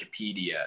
Wikipedia